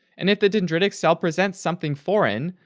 and if the dendritic cell presents something foreign,